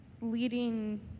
leading